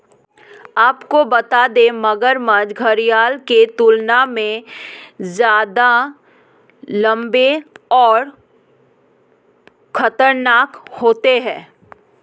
आपको बता दें, मगरमच्छ घड़ियाल की तुलना में ज्यादा लम्बे और खतरनाक होते हैं